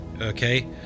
Okay